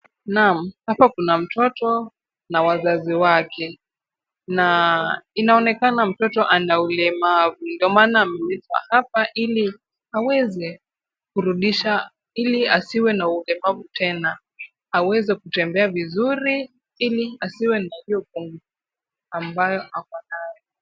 Naam, hapa kuna mtoto na wazazi wake na inaonekana mtoto ana ulemavu ndio maana ameletwa hapa ili aweze kurudisha, ili asiwe na ulemavu tena. Aweze kutembea vizuri ili asiwe na hio tena ambayo ako nayo.